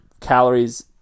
calories